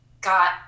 got